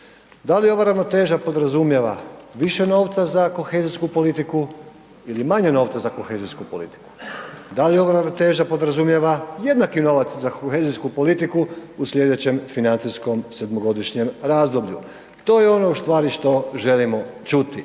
Da li ova ravnoteža podrazumijeva više novca za kohezijsku politiku ili manje novca za kohezijsku politiku? Da li ova ravnoteža podrazumijeva jednaki novac za kohezijsku politiku u sljedećem financijskom 7.-godišnjem razdoblju. To je ono ustvari što želimo čuti,